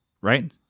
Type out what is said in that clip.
Right